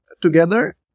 together